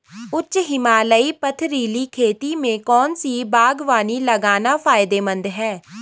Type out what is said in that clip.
उच्च हिमालयी पथरीली खेती में कौन सी बागवानी लगाना फायदेमंद है?